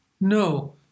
no